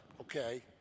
okay